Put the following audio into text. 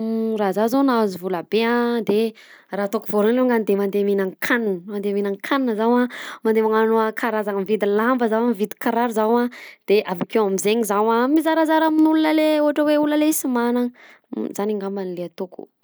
Raha zah zao nahazo vola be a de raha ataoko voalohany longany de mandeha mihinankanina mandeha mihinankanina zaho a mandeha magnano karazana mividy lamba zaho mividy kiraro zaho de avakeo amizegny zaho mizarazara amin'ny olona le ohatra hoe olona le sy magnana zany angamba le ataoko.